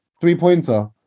three-pointer